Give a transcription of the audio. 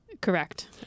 Correct